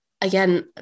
again